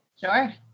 Sure